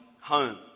home